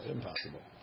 Impossible